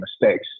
mistakes